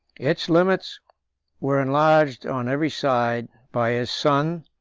its limits were enlarged on every side by his son,